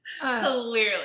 Clearly